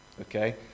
okay